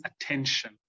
attention